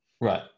Right